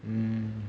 mm